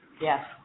Yes